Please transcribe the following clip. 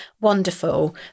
Wonderful